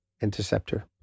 interceptor